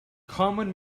carbon